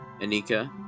Anika